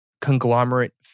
conglomerate